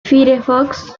firefox